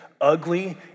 ugly